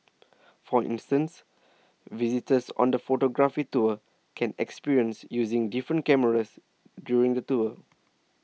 for instance visitors on the photography tour can experience using different cameras during the tour